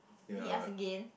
then he ask again